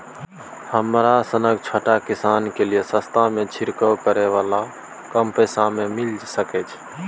हमरा सनक छोट किसान के लिए सस्ता में छिरकाव करै वाला कम पैसा में मिल सकै छै?